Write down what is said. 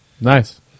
Nice